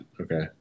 Okay